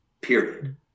period